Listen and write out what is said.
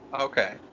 Okay